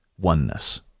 oneness